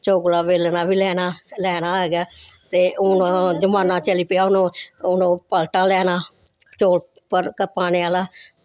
चकला बेलना बी लैना लैना है गै ते हून जमाना चली पेआ हून हून ओह् पलटा लैना चोरका पाने आह्ला